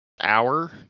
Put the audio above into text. hour